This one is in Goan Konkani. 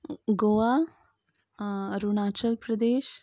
गोवा अरुणाचल प्रदेश